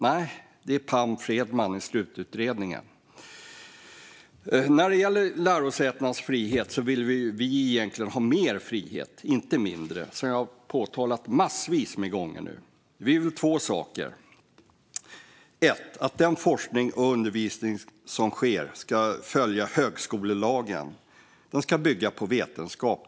Nej, det är Pam Fredman i slututredningen. När det gäller lärosätenas frihet vill vi egentligen ha mer frihet, inte mindre, som jag har påpekat en massa gånger nu. Vi vill två saker. Det första är att den forskning och undervisning som sker ska följa högskolelagen och bygga på vetenskap.